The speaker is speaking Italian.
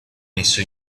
messo